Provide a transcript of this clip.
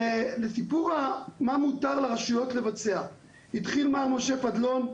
לשאלה מה מותר לרשויות לבצע, התחיל מר משה פדלון,